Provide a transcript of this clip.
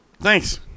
Thanks